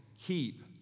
keep